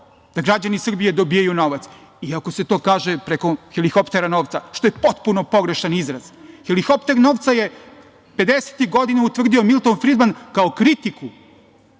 da građani Srbije dobijaju novac i ako se to kaže preko helikoptera novca, što je potpuno pogrešan izraz. Helikopter novca je pedesetih godina utvrdio Milton Fridman, kao kritiku